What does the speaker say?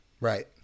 Right